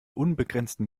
unbegrenzten